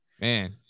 man